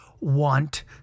want